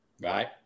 Right